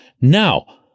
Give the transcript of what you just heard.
Now